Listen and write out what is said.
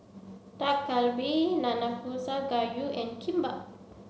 Dak Galbi Nanakusa Gayu and Kimbap